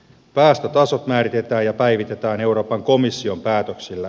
päästötasot määritetään ja päivitetään euroopan komission päätöksillä